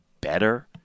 better